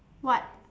what